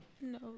No